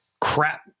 crap